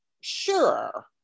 Sure